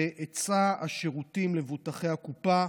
היצע השירותים למבוטחי הקופה,